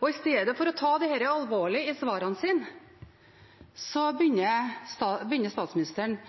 I stedet for å ta dette alvorlig i svarene sine